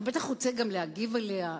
אתה בטח רוצה גם להגיב עליה.